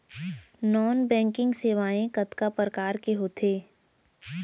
non banking सेवाएं कतका प्रकार के होथे